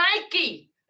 Nike